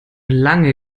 lange